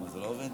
זה לא עובד?